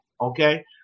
Okay